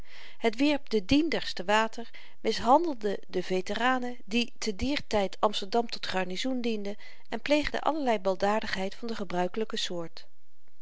het wierp de dienders te water mishandelde de veteranen die te dier tyd amsterdam tot garnizoen dienden en pleegde allerlei baldadigheid van de gebruikelyke soort